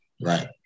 Right